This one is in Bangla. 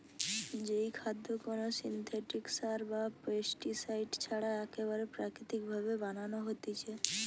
যেই খাদ্য কোনো সিনথেটিক সার বা পেস্টিসাইড ছাড়া একেবারে প্রাকৃতিক ভাবে বানানো হতিছে